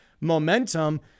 momentum